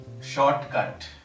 Shortcut